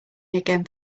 again